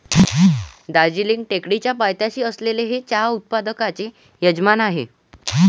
दार्जिलिंग टेकडीच्या पायथ्याशी असलेले हे चहा उत्पादकांचे यजमान आहे